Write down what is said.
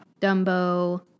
Dumbo